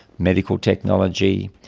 medical technology.